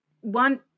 one